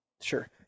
Sure